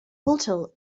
hotel